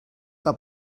que